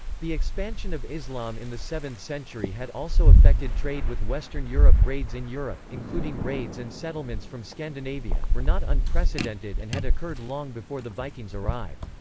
the expansion of islam in the seventh century had also affected trade with western europe raids in europe, including raids and settlements from scandinavia, were not unprecedented and had occurred long before the vikings arrived.